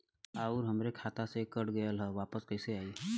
आऊर हमरे खाते से कट गैल ह वापस कैसे आई?